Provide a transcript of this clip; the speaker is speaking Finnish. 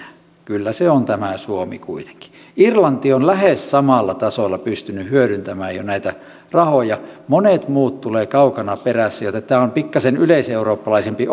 kyllä se on tämä suomi kuitenkin irlanti on lähes samalla tasolla pystynyt hyödyntämään jo näitä rahoja monet muut tulevat kaukana perässä joten tämä on pikkasen yleiseurooppalaisempi